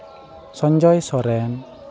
Sanjay Soren